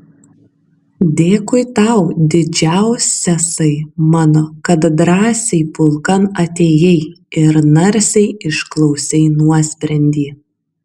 dėkui tau didžiausiasai mano kad drąsiai pulkan atėjai ir narsiai išklausei nuosprendį